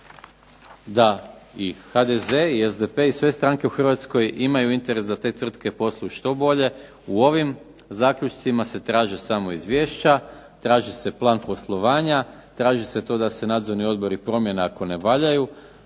da i HDZ i SDP i sve stranke u Hrvatskoj imaju interes da te tvrtke posluju što bolje. U ovim zaključcima se traže samo izvješća, traži se plan poslovanja, traži se to da se nadzorni odbori promijene ako ne valjaju.